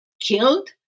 killed